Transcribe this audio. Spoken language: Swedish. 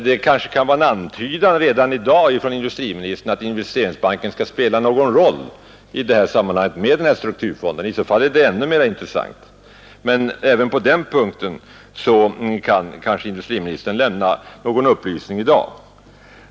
Det kanske kan vara en antydan redan i dag från industriministern om att Investeringsbanken skall spela någon roll i samband med strukturfonden. I så fall är det ännu mer intressant. Men även på den punkten kanske industriministern kan lämna någon upplysning i dag.